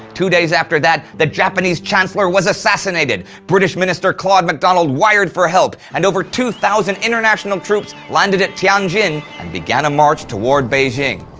two days after that, the japanese chancellor was assassinated. british minister claude macdonald wired for help, and over two thousand international troops landed at tianjin and began a march towards beijing.